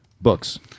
books